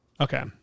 okay